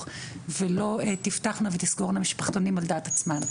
ולא תפתחנה ותסגורנה משפחתונים על דעת עצמן.